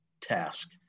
task